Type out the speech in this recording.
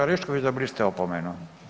Orešković, dobili ste opomenu.